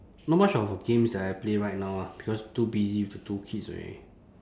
not much of a games that I play right now ah because too busy with the two kids already